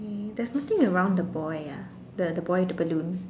okay there's nothing around the boy ah the the boy with the balloon